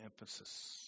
emphasis